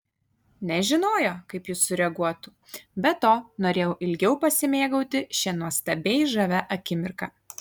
nežinojo kaip jis sureaguotų be to norėjau ilgiau pasimėgauti šia nuostabiai žavia akimirka